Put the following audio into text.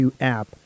app